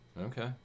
Okay